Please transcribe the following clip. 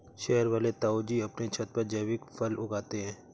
शहर वाले ताऊजी अपने छत पर जैविक फल उगाते हैं